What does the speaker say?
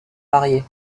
variés